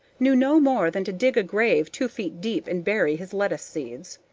knew no more than to dig a grave two feet deep and bury his lettuce seeds!